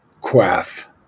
quaff